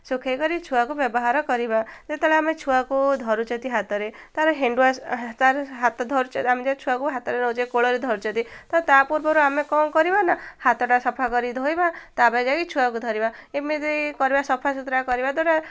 ଶୁଖେଇକରି ଛୁଆକୁ ବ୍ୟବହାର କରିବା ଯେତେବେଳେ ଆମେ ଛୁଆକୁ ଧରୁଛନ୍ତି ହାତରେ ତାର ହ୍ୟାଣ୍ଡୱାଶ୍ ତାର ହାତ ଧରୁଛ ଆମେ ଯ ଛୁଆକୁ ହାତରେ ନେଉଛେ କୋଳରେ ଧରୁଛନ୍ତି ତ ତା' ପୂର୍ବରୁ ଆମେ କ'ଣ କରିବା ନା ହାତଟା ସଫା କରି ଧୋଇବା ତାପ ଯାଇକି ଛୁଆକୁ ଧରିବା ଏମିତି କରିବା ସଫା ସୁୁତୁରା କରିବା ଦ୍ୱାରା